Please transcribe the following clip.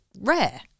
rare